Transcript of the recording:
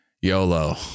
YOLO